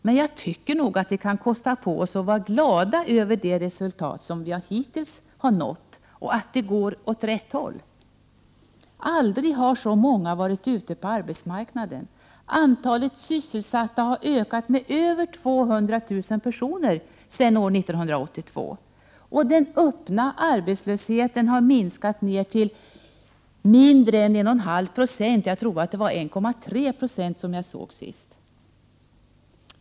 Men nog kan vi kosta på oss att vara glada över de resultat som vi hittills har nått och över att det går åt rätt håll. Aldrig har så många varit ute på arbetsmarknaden. Antalet sysselsatta har ökat med över 200 000 personer sedan år 1982, och den öppna arbetslösheten har minskat till mindre än 1,5 96, jag tror att siffran jag såg senast var 1,3 9o.